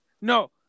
no